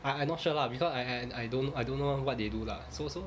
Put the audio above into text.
I I not sure lah because I I I don't I don't know what they do lah so so